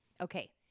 Okay